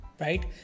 right